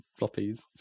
floppies